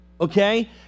okay